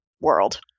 world